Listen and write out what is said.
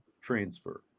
transfer